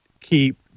keep